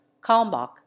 Kalmbach